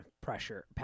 pressure